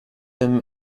them